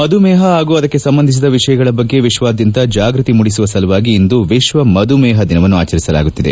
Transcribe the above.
ಮಧುಮೇಹ ಹಾಗೂ ಅದಕ್ಕೆ ಸಂಬಂಧಿಸಿದ ವಿಷಯಗಳ ಬಗ್ಗೆ ವಿಶ್ವಾದ್ಯಂತ ಜಾಗ್ಬತಿ ಮೂಡಿಸುವ ಸಲುವಾಗಿ ಇಂದು ವಿಶ್ವ ಮಧುಮೇಹ ದಿನವನ್ನು ಆಚರಿಸಲಾಗುತ್ತಿದೆ